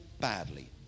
badly